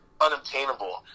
unobtainable